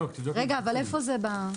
בוא נצביע על 1 עד 4 קודם.